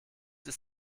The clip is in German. ist